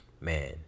man